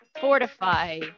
Fortify